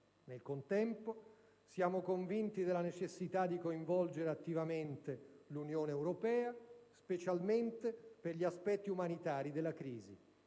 Nel contempo, siamo convinti della necessità di coinvolgere attivamente l'Unione europea, specialmente per gli aspetti umanitari della crisi.